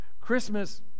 christmas